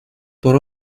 por